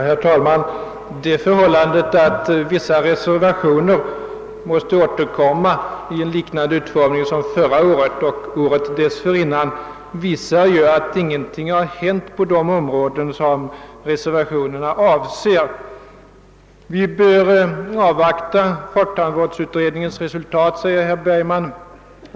Herr talman! Det förhållandet att vissa reservationer måste återkomma i en utformning liknande förra årets och åren dessförinnan visar att ingenting hänt på de områden reservationerna avser. Vi bör avvakta folktandvårdsutredningens resultat, säger herr Bergman.